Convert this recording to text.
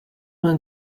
vingt